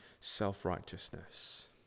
self-righteousness